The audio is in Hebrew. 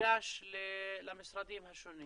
וניגש למשרדים השונים